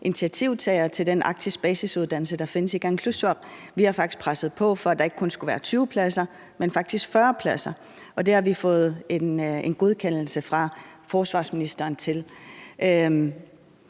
initiativtager til den arktiske basisuddannelse, der findes i Kangerlussuaq. Vi har presset på for, at der ikke kun skulle være 20 pladser, men faktisk 40 pladser, og det har vi fået en godkendelse fra forsvarsministeren til.